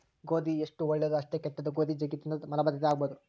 ಗೋಧಿ ಎಷ್ಟು ಒಳ್ಳೆದೊ ಅಷ್ಟೇ ಕೆಟ್ದು, ಗೋಧಿ ಜಗ್ಗಿ ತಿಂದ್ರ ಮಲಬದ್ಧತೆ ಆಗಬೊದು